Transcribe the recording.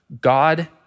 God